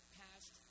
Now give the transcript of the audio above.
past